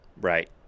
Right